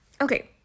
Okay